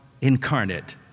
incarnate